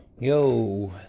Yo